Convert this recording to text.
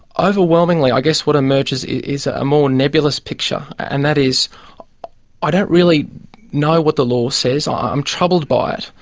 ah overwhelmingly i guess what emerges is a more nebulous picture, and that is i don't really know what the law says, i'm troubled by it,